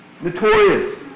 Notorious